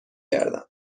گردم